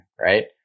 Right